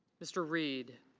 mr. reed.